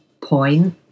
point